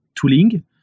tooling